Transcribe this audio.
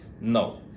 No